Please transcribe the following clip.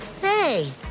Hey